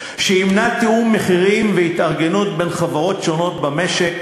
שימנע תיאום מחירים והתארגנות בין חברות שונות במשק